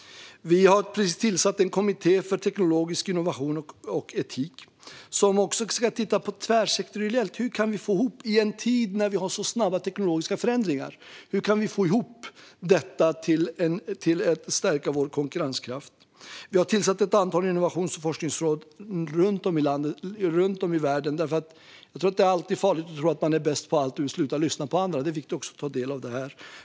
Vi har precis tillsatt en kommitté för teknologisk innovation och etik, som också ska titta på detta tvärsektoriellt. I en tid då vi har så snabba teknologiska förändringar, hur kan vi få ihop detta och stärka vår konkurrenskraft? Vi har tillsatt ett antal innovations och forskningsråd runt om i världen. Jag tror att det alltid är farligt att tro att man är bäst på allt och sluta lyssna på andra; det är viktigt att också ta del av det här.